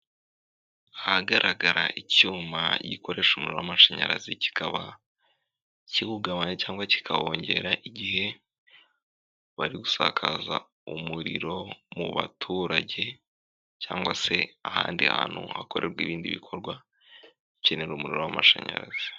Ahagaragara icyuma gikoresha umuriro w'amashanyarazi, kikaba kiwungabanya cyangwa kikawongera igihe bari gusakaza umuriro mu baturage cyangwa se ahandi hantu hakorerwa ibindi bikorwa bikenera umuriro w'amashanyarazi.